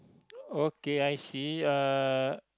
okay I see uh